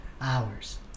hours